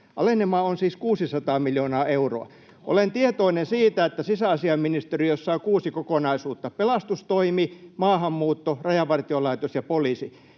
Alenema on siis 600 miljoonaa euroa. Olen tietoinen siitä, että sisäasiainministe- riössä on kuusi kokonaisuutta: pelastustoimi, maahanmuutto, Rajavartiolaitos ja poliisi.